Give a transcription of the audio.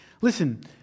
listen